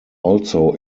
also